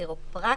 כירופרקט,